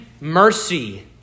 mercy